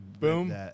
Boom